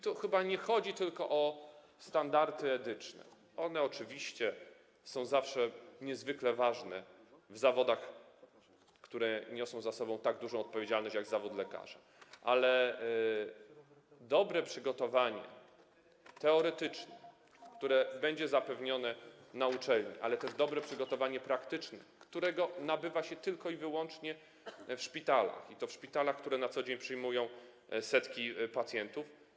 Tu nie chodzi tylko o standardy etyczne, one oczywiście są zawsze niezwykle ważne w zawodach, które niosą tak dużą odpowiedzialność jak zawód lekarza, ale także o dobre przygotowanie teoretyczne, które będzie zapewnione na uczelni, ale też dobre przygotowanie praktyczne, a praktykę nabywa się tylko i wyłącznie w szpitalach, i to w szpitalach, które na co dzień przyjmują setki pacjentów.